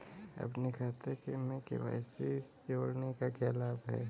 अपने खाते में के.वाई.सी जोड़ने का क्या लाभ है?